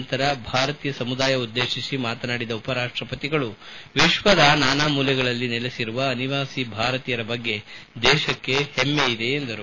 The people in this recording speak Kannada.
ನಂತರ ಭಾರತೀಯ ಸಮುದಾಯವನ್ನುದ್ದೇಶಿಸಿ ಮಾತನಾಡಿದ ಉಪರಾಷ್ಟಪತಿಗಳು ವಿಶ್ವದ ನಾನಾ ಮೂಲೆಗಳಲ್ಲಿ ನೆಲೆಸಿರುವ ಅನಿವಾಸಿ ಭಾರತೀಯರ ಬಗ್ಗೆ ದೇಶಕ್ಕೆ ಹೆಮ್ಮೆಯಿದೆ ಎಂದರು